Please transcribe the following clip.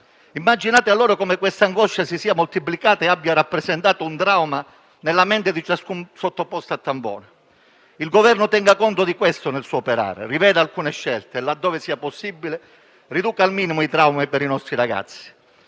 Immaginate allora come questa angoscia si sia moltiplicata e abbia rappresentato un trauma nella mente di ciascun sottoposto al tampone. Il Governo tenga conto di questo nel suo operare, riveda alcune scelte e, laddove sia possibile, riduca al minimo i traumi per i nostri ragazzi.